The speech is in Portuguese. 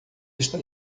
está